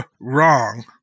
wrong